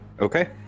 Okay